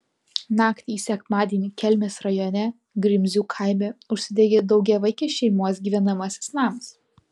naktį į sekmadienį kelmės rajone grimzių kaime užsidegė daugiavaikės šeimos gyvenamasis namas